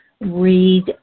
read